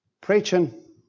preaching